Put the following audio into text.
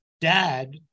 dad